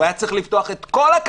הוא היה צריך לפתוח את הכלכלה,